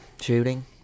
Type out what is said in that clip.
Shooting